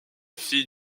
fille